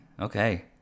okay